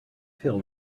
feel